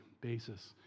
basis